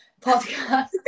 podcast